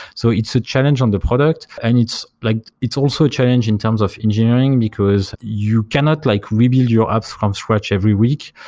so it's a challenge on the product and it's like it's also a challenge in terms of engineering, because you cannot like rebuild your apps from scratch every week.